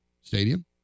Stadium